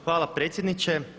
Hvala predsjedniče.